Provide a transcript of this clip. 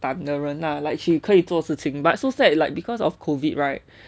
她是有胆的人啦:tae shi you dann de ren la like she 可以做事情 but so sad like because of COVID right